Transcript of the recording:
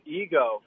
ego